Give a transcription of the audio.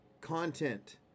content